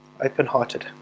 open-hearted